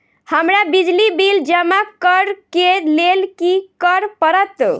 हमरा बिजली बिल जमा करऽ केँ लेल की करऽ पड़त?